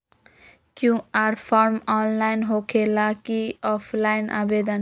QR form online होकेला कि offline आवेदन?